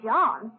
John